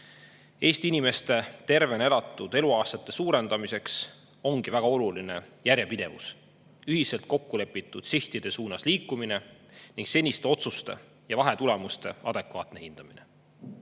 Eesti inimeste tervena elatud eluaastate [arvu] suurendamiseks ongi väga oluline järjepidevus, ühiselt kokkulepitud sihtide suunas liikumine ning seniste otsuste ja vahetulemuste adekvaatne hindamine.